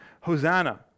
Hosanna